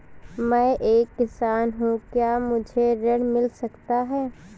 मैं एक किसान हूँ क्या मुझे ऋण मिल सकता है?